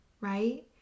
right